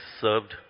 served